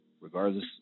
regardless –